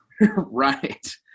Right